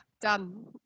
Done